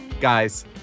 Guys